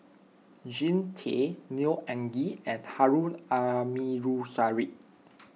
Jean Tay Neo Anngee and Harun Aminurrashid